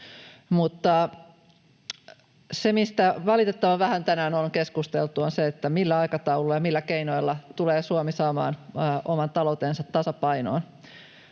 se, mistä valitettavan vähän tänään on keskusteltu, on se, millä aikataululla ja millä keinoilla tulee Suomi saamaan oman taloutensa tasapainoon,